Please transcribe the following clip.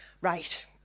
Right